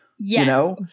Yes